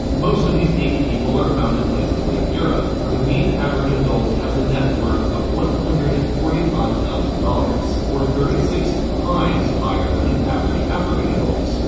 most of these eight people are found in places like europe, where the mean average adult has a net worth of one hundred and forty five thousand dollars, or thirty-six times higher than an average african adult,